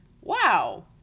wow